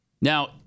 Now